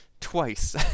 twice